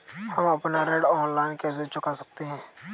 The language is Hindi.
हम अपना ऋण ऑनलाइन कैसे चुका सकते हैं?